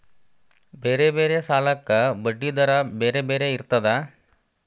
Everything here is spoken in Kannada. ಬೇರೆ ಬೇರೆ ಸಾಲಕ್ಕ ಬಡ್ಡಿ ದರಾ ಬೇರೆ ಬೇರೆ ಇರ್ತದಾ?